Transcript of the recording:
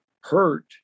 hurt